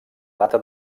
data